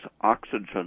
oxygen